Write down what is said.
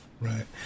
Right